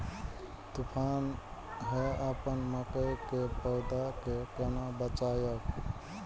तुफान है अपन मकई के पौधा के केना बचायब?